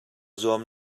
zuam